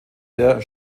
der